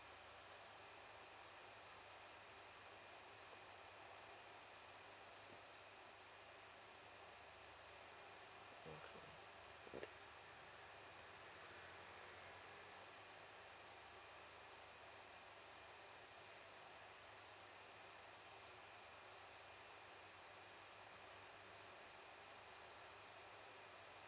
okay